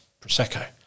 Prosecco